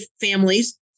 families